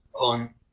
on